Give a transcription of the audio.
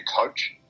coach